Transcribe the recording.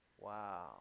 Wow